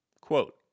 Quote